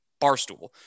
barstool